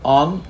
on